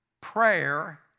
Prayer